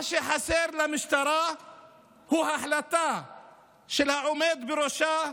מה שחסר למשטרה הוא החלטה של העומד בראשה,